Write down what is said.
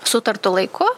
sutartu laiku